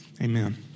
Amen